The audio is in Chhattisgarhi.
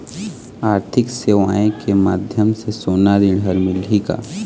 आरथिक सेवाएँ के माध्यम से सोना ऋण हर मिलही का?